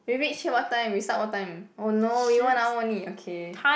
we reach here what time we start what time oh no we one hour only okay